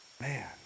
Man